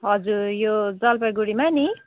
हजुर यो जलपाइगुडीमा नि